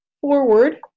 forward